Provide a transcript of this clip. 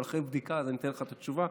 אבל אחרי בדיקה אני אתן לך את התשובה,